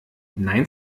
nein